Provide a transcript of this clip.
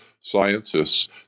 scientists